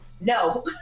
No